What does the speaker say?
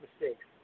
mistakes